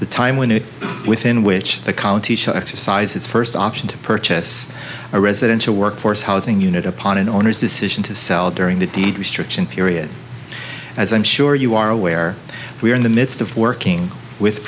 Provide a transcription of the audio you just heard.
the time when new within which the county should exercise its first option to purchase a residential workforce housing unit upon an owner's decision to sell during the restriction period as i'm sure you are aware we are in the midst of working with